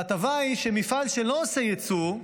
וההטבה היא שמפעל שלא עושה יצוא,